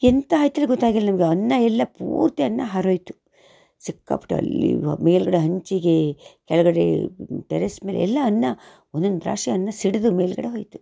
ಎಂತಾಯಿತು ಗೊತ್ತಾಗಿಲ್ಲ ನಮಗೆ ಅನ್ನ ಎಲ್ಲ ಪೂರ್ತಿ ಅನ್ನ ಹಾರೋಯಿತು ಸಿಕ್ಕಾಪಟ್ಟೆ ಅಲ್ಲಿ ಮೇಲುಗಡೆ ಹಂಚಿಗೆ ಕೆಳಗಡೆ ಟೆರೇಸ್ ಮೇಲೆ ಎಲ್ಲ ಅನ್ನ ಒಂದೊಂದು ರಾಶಿ ಅನ್ನ ಸಿಡಿದು ಮೇಲುಗಡೆ ಹೋಯಿತು